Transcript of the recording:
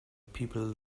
people